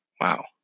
Wow